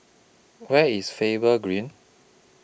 Where IS Faber Green